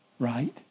Right